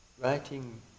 writing